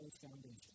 foundation